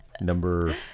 Number